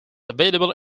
available